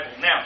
Now